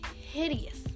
hideous